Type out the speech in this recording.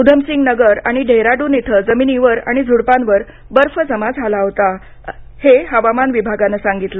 उधमसिंग नगर आणि डेहराडून इथं जमिनीवर आणि झुडुपांवर बर्फ जमा झाला होता असं हवामान विभागानं सांगितलं